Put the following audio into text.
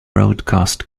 broadcast